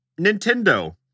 Nintendo